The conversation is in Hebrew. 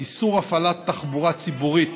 איסור הפעלת תחבורה ציבורית